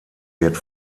wird